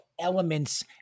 elements